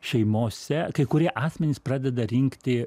šeimose kai kurie asmenys pradeda rinkti